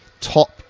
top